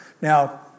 Now